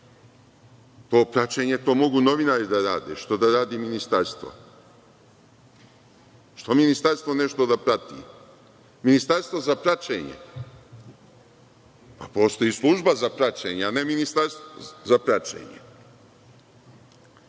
To praćenje, to mogu novinari da rade, što da radi ministarstvo? Zašto ministarstvo nešto da prati? Postoji služba za praćenje a ne ministarstvo za praćenje.